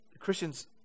christians